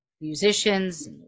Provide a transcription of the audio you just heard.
musicians